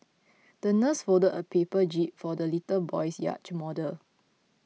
the nurse folded a paper jib for the little boy's yacht model